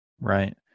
Right